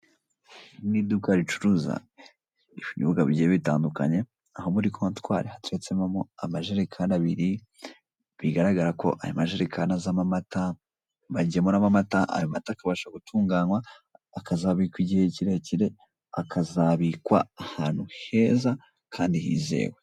Iri ni iduka ricuruza ibinyobwa bigiye bitandukanye, aho muri kontwari hateretsemo amajerekani abiri, bigaragara ko aya majerekani azamo amata, bagemuramo amata, ayo mata akabasha gutunganywa akazabikwa igihe kirekire, akazabikwa ahantu heza kandi hizewe.